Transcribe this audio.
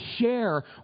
share